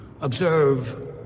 observe